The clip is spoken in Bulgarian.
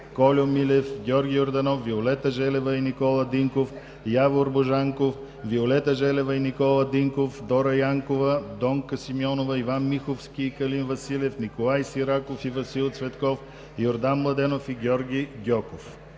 Кольо Милев; Георги Йорданов, Виолета Желева и Никола Динков; Явор Божанков; Виолета Желева и Никола Динков; Дора Янкова; Донка Симеонова; Иван Миховски и Калин Василев; Николай Сираков и Васил Цветков; Йордан Младенов; и Георги Гьоков.